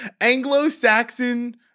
Anglo-Saxon